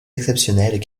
exceptionnelles